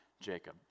Jacob